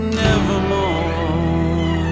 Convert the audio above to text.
nevermore